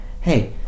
hey